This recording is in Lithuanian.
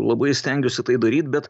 labai stengiuosi tai daryt bet